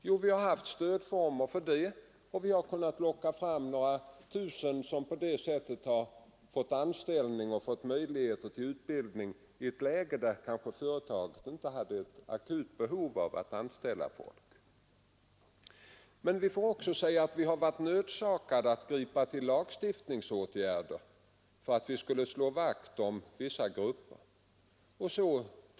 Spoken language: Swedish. Jo, vi har haft stödformer för det, och vi har på det sättet kunnat locka fram möjligheter till utbildning och anställning för några tusen personer i ett läge då företaget kanske inte hade ett akut behov av att anställa folk. Men vi har också varit nödsakade att tillgripa lagstiftningsåtgärder för att kunna slå vakt om vissa grupper.